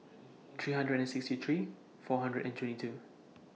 three hundred and sixty three four hundred and twenty two